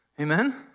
Amen